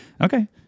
okay